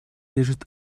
лежит